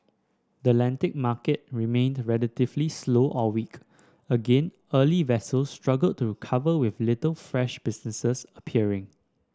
the Atlantic market remained relatively slow all week again early vessels struggled to cover with little fresh businesses appearing